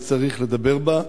וצריך לדבר בה: